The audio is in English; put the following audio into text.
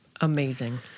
Amazing